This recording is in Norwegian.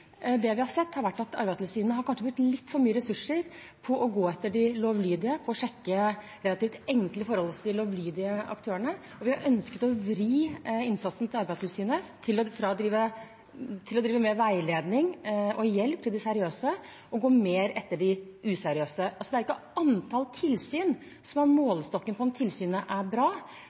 det vi har sett, er at Arbeidstilsynet kanskje har brukt litt for mange ressurser på å gå etter de lovlydige – på å sjekke relativt enkle forhold hos de lovlydige aktørene. Vi har ønsket å vri innsatsen til Arbeidstilsynet til å drive mer med veiledning og hjelp til de seriøse og å gå mer etter de useriøse. Det er ikke antall tilsyn som er målestokken på om tilsynet er bra,